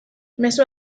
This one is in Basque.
mezu